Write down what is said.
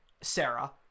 Sarah